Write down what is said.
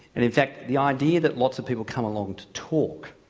and in fact the idea that lots of people come along to talk,